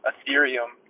Ethereum